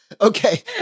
Okay